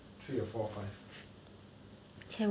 three or four five